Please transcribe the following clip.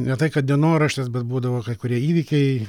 ne tai kad dienoraštis bet būdavo kai kurie įvykiai